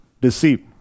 deceived